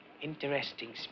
Interesting